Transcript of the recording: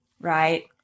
right